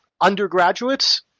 undergraduates